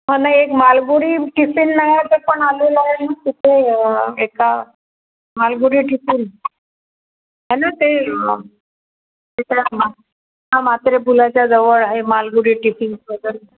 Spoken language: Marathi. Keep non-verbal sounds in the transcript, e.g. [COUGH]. हो ना एक मालगुडी टिफिन नावाचं पण आलेला आहे तिथे एका मालगुडी टिफिन आहे ना ते ते त्या मा हां म्हात्रे पुलाच्या जवळ आहे मालगुडी टिफिन [UNINTELLIGIBLE]